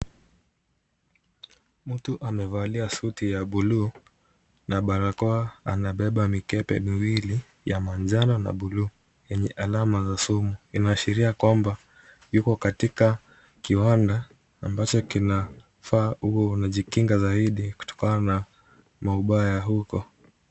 Ntu amevalia suti ya blue na barakoa anabeba mikebe miwili ya manjano na buluu yenye alama za sumu. Inaashiria kwamba yuko katika kiwanda ambacho kinafaa huku unajikinga zaidi kutokana na maubaya huko.